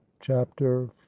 Chapter